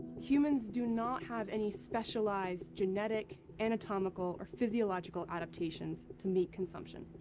humans do not have any specialized genetic, anatomical, or physiological adaptations to meat consumption.